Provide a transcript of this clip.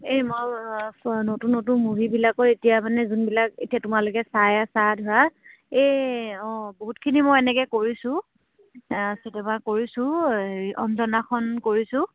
এই মই নতুন নতুন মুভি বিলাকৰ এতিয়া মানে যোনবিলাক এতিয়া তোমালৈকে চাই আছা ধৰা এই অঁ বহুতখিনি মই এনেকে কৰিছোঁ কেতিয়াবা কৰিছোঁ এই অঞ্জনাখন কৰিছোঁ